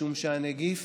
משום שהנגיף